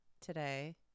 Today